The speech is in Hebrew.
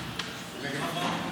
הצעת חוק יום האחדות,